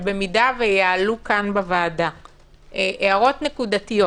שאם יעלו כאן בוועדה הערות נקודתיות